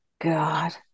God